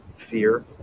Fear